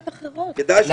יש אופציות אחרות.